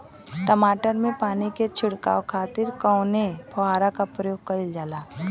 टमाटर में पानी के छिड़काव खातिर कवने फव्वारा का प्रयोग कईल जाला?